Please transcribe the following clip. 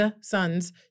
sons